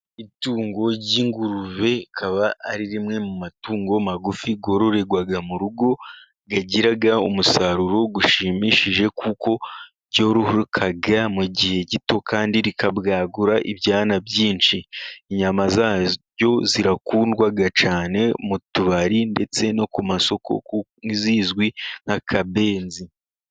Itungo ry'ingurube rikaba ari rimwe mu matungo magufi yororerwa mu rugo, agira umusaruro ushimishije kuko ryororoka mu gihe gito kandi rikabwagura ibyana byinshi. Inyama zaryo zirakundwa cyane mu tubari ndetse no ku masoko zizwi nk'akabenzi.